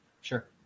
sure